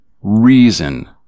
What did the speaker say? reason